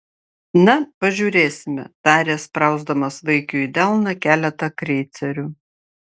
na pažiūrėsime tarė sprausdamas vaikiui į delną keletą kreicerių